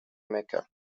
mecca